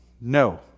no